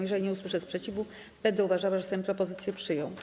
Jeżeli nie usłyszę sprzeciwu, będę uważała, że Sejm propozycję przyjął.